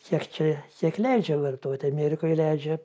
kiek čia kiek leidžia vartot amerikoj leidžia